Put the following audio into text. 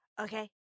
Okay